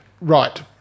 Right